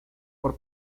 por